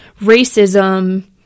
racism